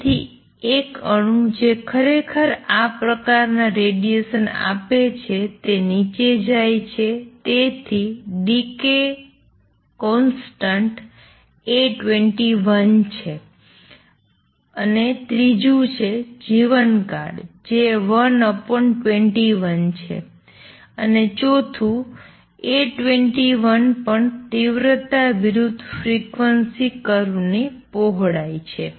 તેથી એક અણુ જે ખરેખર આ પ્રકારના રેડિએશન આપે છે તે નીચે જાય છે તેથી ડિકે કોંસ્ટંટ A21 છે અને ત્રીજું છે જીવનકાળ જે 1 A21 છે અને ચોથું A21 પણ તીવ્રતા વિરુદ્ધ ફ્રિક્વન્સી કર્વ ની પહોળાઈ છે